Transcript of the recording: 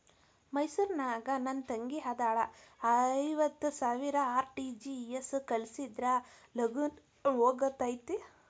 ಮೈಸೂರ್ ನಾಗ ನನ್ ತಂಗಿ ಅದಾಳ ಐವತ್ ಸಾವಿರ ಆರ್.ಟಿ.ಜಿ.ಎಸ್ ಕಳ್ಸಿದ್ರಾ ಲಗೂನ ಹೋಗತೈತ?